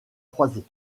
croisés